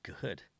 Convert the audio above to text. good